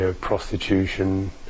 prostitution